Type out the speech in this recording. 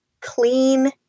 clean